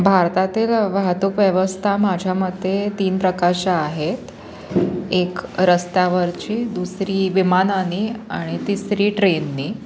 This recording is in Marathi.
भारतातील वाहतूक व्यवस्था माझ्या मते तीन प्रकारच्या आहेत एक रस्त्यावरची दुसरी विमानाने आणि तिसरी ट्रेनने